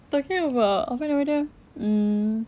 talking about apa nama dia um